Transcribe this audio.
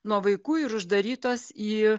nuo vaikų ir uždarytos į